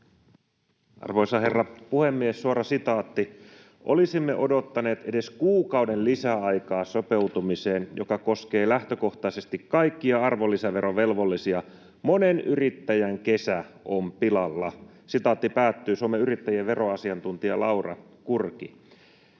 Arvoisa herra puhemies! Suora sitaatti: ”Olisimme odottaneet edes kuukauden lisäaikaa sopeutumiseen, joka koskee lähtökohtaisesti kaikkia arvonlisäverovelvollisia. Monen yrittäjän kesä on pilalla.” — Suomen Yrittäjien veroasiantuntija Laura Kurki.